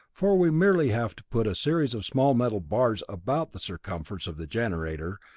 for we merely have to put a series of small metal bars about the circumference of the generator,